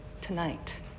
tonight